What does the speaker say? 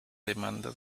demanda